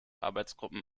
arbeitsgruppen